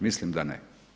Mislim da ne.